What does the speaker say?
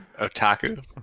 Otaku